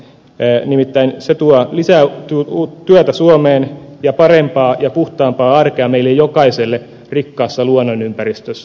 se nimittäin tuo lisää työtä suomeen ja parempaa ja puhtaampaa arkea meille jokaiselle rikkaassa luonnonympäristössä